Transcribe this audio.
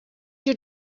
your